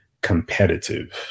competitive